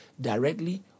directly